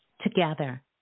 Together